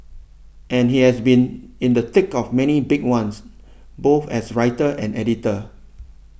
and he has been in the thick of many a big ones both as writer and editor